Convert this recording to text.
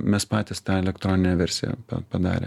mes patys tą elektroninę versiją padarę